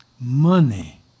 money